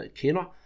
kender